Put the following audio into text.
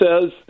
says